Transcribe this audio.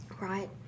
Right